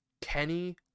kenny